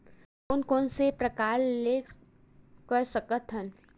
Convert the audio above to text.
कोन कोन से प्रकार ले कर सकत हन?